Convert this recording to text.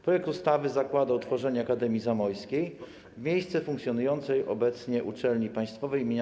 Projekt ustawy zakłada utworzenie Akademii Zamojskiej w miejsce funkcjonującej obecnie Uczelni Państwowej im.